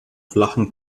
flachen